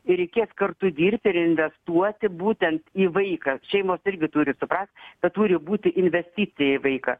ir reikės kartu dirbti ir investuoti būtent į vaiką šeimos irgi turi suprast kad turi būti investicija į vaiką